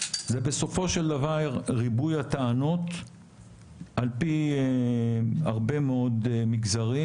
הוא בסופו של דבר ריבוי הטענות על פי הרבה מאוד מגזרים